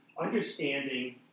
Understanding